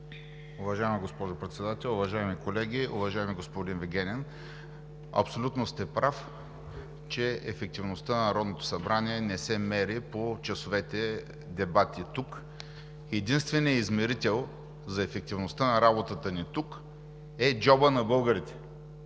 Уважаема госпожо Председател, уважаеми колеги! Уважаеми господин Вигенин, абсолютно сте прав, че ефективността на Народното събрание не се мери по часовете дебати тук. Единственият измерител за ефективността на работата ни тук е джобът на българите,